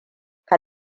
ka